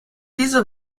diese